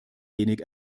wenig